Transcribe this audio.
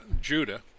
Judah